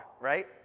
Right